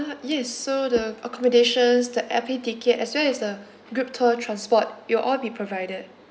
yes so the accommodations the airplane ticket as well as the group tour transport it'll all be provided